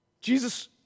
Jesus